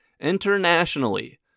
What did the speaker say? Internationally